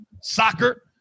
soccer